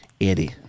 Eddie